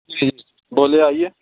جی بولیے آئیے